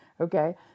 Okay